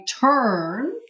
turn